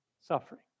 Suffering